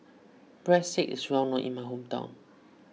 Breadsticks is well known in my hometown